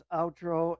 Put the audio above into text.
outro